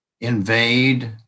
invade